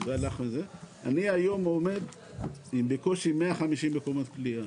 אני היום עומד עם בקושי 150 מקומות כליאה,